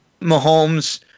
Mahomes